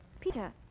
Peter